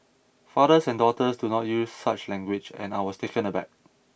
fathers and daughters do not use such language and I was taken aback